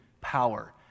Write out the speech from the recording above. power